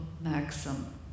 maxim